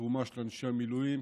והתרומה של אנשי המילואים.